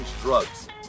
drugs